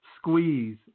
squeeze